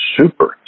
super